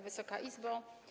Wysoka Izbo!